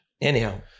Anyhow